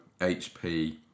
HP